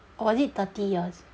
or is it thirty years